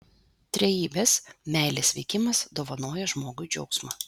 trejybės meilės veikimas dovanoja žmogui džiaugsmą